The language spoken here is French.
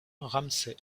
ramsay